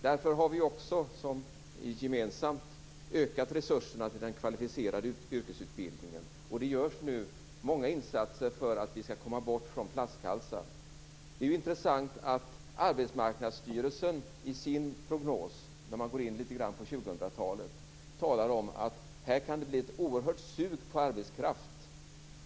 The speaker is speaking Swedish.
Därför har vi också gemensamt ökat resurserna till den kvalificerade yrkesutbildningen, och det görs nu många insatser för att vi skall komma bort från flaskhalsar. Det är ju intressant att Arbetsmarknadsstyrelsen i sin prognos, när den går in litet grand på 2000-talet, talar om att det kan bli ett oerhört sug på arbetskraft.